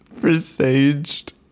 presaged